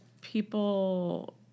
people